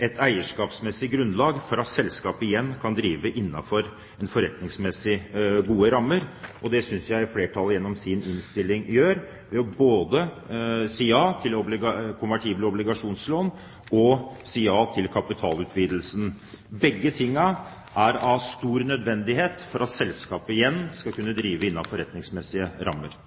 et eierskapsmessig grunnlag for at selskapet igjen kan drive innenfor forretningsmessig gode rammer. Det synes jeg flertallet gjennom sin innstilling gjør ved både å si ja til konvertible obligasjonslån og si ja til kapitalutvidelsen. Begge deler er av stor nødvendighet for at selskapet igjen skal kunne drive innenfor forretningsmessig gode rammer.